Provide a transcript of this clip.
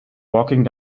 walking